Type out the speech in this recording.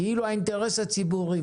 כאילו האינטרס הציבורי,